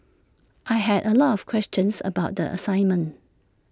I had A lot of questions about the assignment